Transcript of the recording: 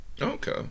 Okay